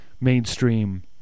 Mainstream